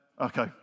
Okay